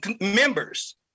members